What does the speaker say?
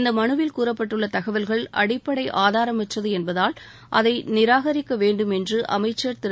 இந்த மனுவில் கூறப்பட்டுள்ள தகவல்கள் அடிப்படை ஆதாரமற்றது என்பதால் அதை நிராகரிக்க வேண்டும் என்று அமைச்சர் திரு